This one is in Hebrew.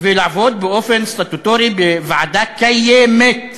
ולעבוד באופן סטטוטורי בוועדה קיימת.